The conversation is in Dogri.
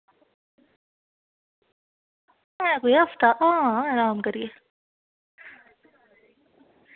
ऐ कोई हफ्ता हां अराम करियै